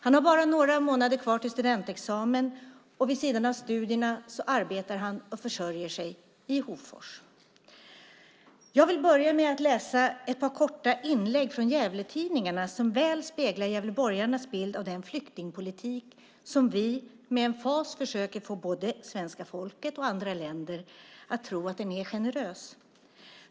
Han har bara några månader kvar till studentexamen, och vid sidan av studierna arbetar han och försörjer sig i Hofors. Jag vill börja med att läsa ett par korta inlägg från Gävletidningarna som väl speglar gävleborgarnas bild av den flyktingpolitik som vi med emfas försöker få både svenska folket och andra länder att tro är generös.